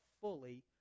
fully